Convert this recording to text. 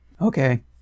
Okay